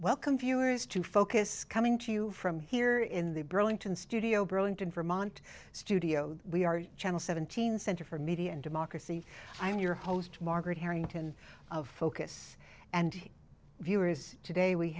welcome viewers to focus coming to you from here in the burlington studio burlington vermont studio we are channel seventeen center for media and democracy i am your host margaret harrington of focus and viewer is today we